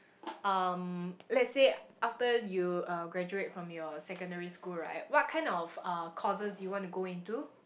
um let's say after you uh graduate from your secondary school right what kind of uh courses do you want to go into